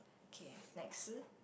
K next